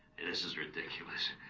and this is ridiculous,